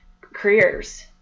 careers